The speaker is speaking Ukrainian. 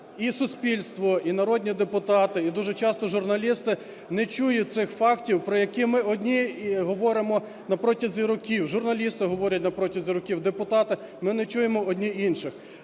і суспільство, і народні депутати, і дуже часто журналісти не чують цих фактів, про які ми одні і говоримо протягом років, журналісти говорять протягом років, депутати. Ми не чуємо одні інших.